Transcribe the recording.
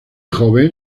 joven